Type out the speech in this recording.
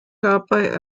dabei